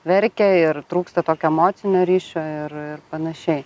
verkia ir trūksta tokio emocinio ryšio ir ir panašiai